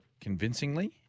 convincingly